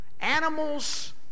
Animals